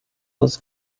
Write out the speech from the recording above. was